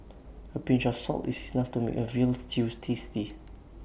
A pinch of salt is enough to make A Veal Stew tasty